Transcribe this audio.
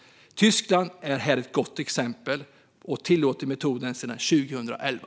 Tyskland är här ett gott exempel och tillåter metoden sedan 2011.